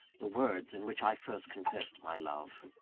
the words in which i first confessed my love.